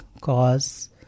cause